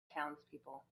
townspeople